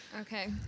Okay